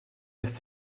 lässt